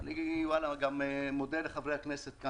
אני גם מודה לחברי הכנסת,